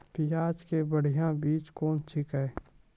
प्याज के बढ़िया बीज कौन छिकै?